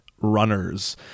Runners